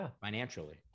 financially